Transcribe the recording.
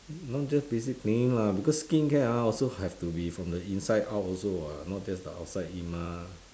not just basic cleaning lah because skincare ah also have to be from the inside out also [what] not just the outside in mah